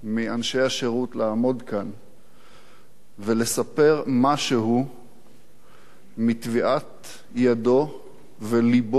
כאן ולספר משהו מטביעת ידו ולבו של גדעון,